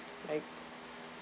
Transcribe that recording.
like